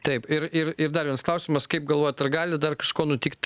taip ir ir ir dar vienas klausimas kaip galvojat ar gali dar kažko nutikt